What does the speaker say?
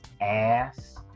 ass